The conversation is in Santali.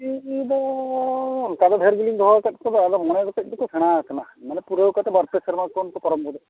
ᱥᱤᱢ ᱫᱚ ᱚᱱᱠᱟ ᱫᱚ ᱰᱷᱮᱨ ᱜᱮᱞᱤᱧ ᱫᱚᱦᱚ ᱟᱠᱟᱫ ᱠᱚᱫᱚ ᱟᱫᱚ ᱢᱚᱬᱮ ᱜᱚᱴᱮᱡ ᱫᱚᱠᱚ ᱥᱮᱬᱟ ᱟᱠᱟᱱᱟ ᱢᱟᱱᱮ ᱯᱩᱨᱟᱹᱣ ᱠᱟᱛᱮᱫ ᱵᱟᱨ ᱯᱮ ᱥᱮᱨᱢᱟ ᱠᱷᱚᱱ ᱠᱚ ᱯᱟᱨᱚᱢ ᱜᱚᱫᱚᱜᱼᱟ